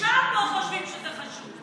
שם לא חושבים שזה חשוב.